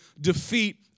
defeat